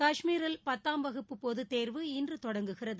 காஷ்மிரில் பத்தாம் வகுப்பு பொதுத்தேர்வு இன்று தொடங்குகிறது